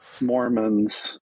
Mormons